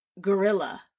Gorilla